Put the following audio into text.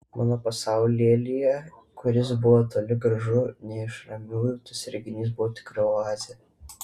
mano pasaulėlyje kuris buvo toli gražu ne iš ramiųjų tas reginys buvo tikra oazė